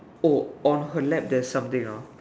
oh on her lap there's something ah